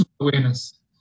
awareness